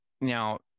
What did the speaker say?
Now